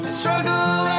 struggle